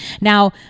Now